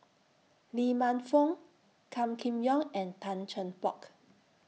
Lee Man Fong Gan Kim Yong and Tan Cheng Bock